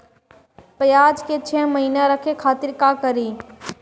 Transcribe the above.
प्याज के छह महीना रखे खातिर का करी?